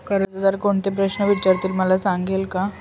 कर्जदार कोणते प्रश्न विचारतील, मला सांगाल का?